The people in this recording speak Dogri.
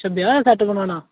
अच्छा ब्याह् दा सेट बनाना तुसें